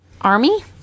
Army